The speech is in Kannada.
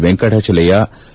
ವೆಂಕಟಾಚಲಯ್ಲ